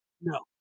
No